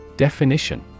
Definition